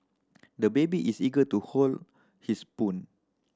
the baby is eager to hold his spoon